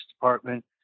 Department